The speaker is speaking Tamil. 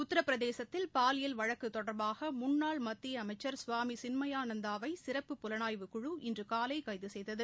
உத்திரபிரதேசத்தில் பாலியல் வழக்கு தொடர்பாக முன்னாள் மத்திய அமைச்சர் கவாமி சின்மயானந்தாவை சிறப்பு புலனாய்வுக் குழு இன்று காலை கைது செய்தது